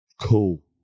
Cool